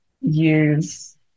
use